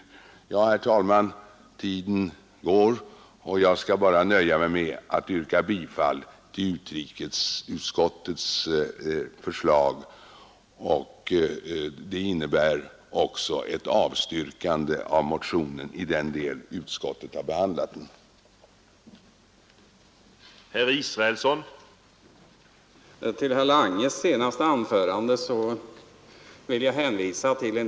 Herr talman! Tiden går och jag skall nöja mig med att bara yrka bifall till utrikesutskottets förslag. Det innebär också ett avstyrkande av motionen i den del utskottet har behandlat den.